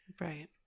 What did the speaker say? right